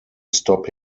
stop